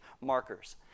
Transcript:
markers